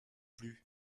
plus